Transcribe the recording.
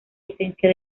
esencia